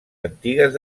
antigues